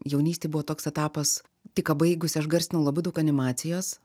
jaunystėj buvo toks etapas tik ką baigusi aš garsinau labai daug animacijos